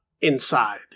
inside